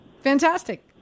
Fantastic